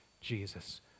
Jesus